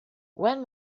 when